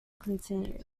continued